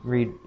Read